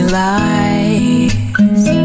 lies